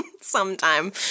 sometime